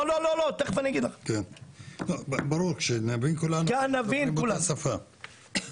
לא, ברור, שנבין כולנו ונדבר באותה שפה.